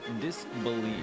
disbelief